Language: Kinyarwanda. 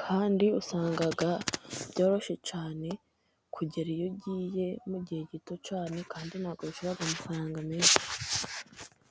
kandi usanga byoroshye cyane kugera iyo ugiye mu gihe gito cyane, kandi ntabwo zibaca amafaranga menshi.